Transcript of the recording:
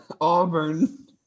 Auburn